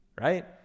right